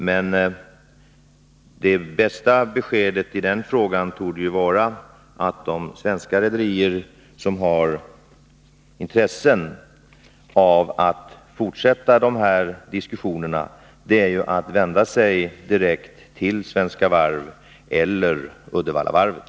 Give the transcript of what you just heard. Men det bästa besked jag kan ge i frågan torde vara att de svenska rederier som har intresse av att fortsätta diskussionen vänder sig direkt till Svenska Varv eller Uddevallavarvet.